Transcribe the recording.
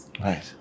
Right